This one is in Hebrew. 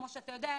כמו שאתה יודע,